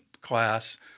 class